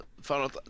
Final